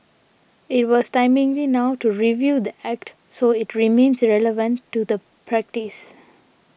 it was timely now to review the Act so it remains relevant to the practice